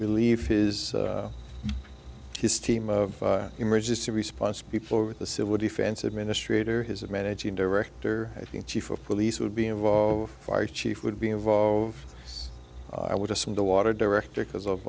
believe his his team of emergency response people with the civil defense administrator has a managing director i think chief of police would be involved fire chief would be involved i would assume the water director because of